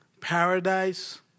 Paradise